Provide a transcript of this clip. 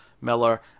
Miller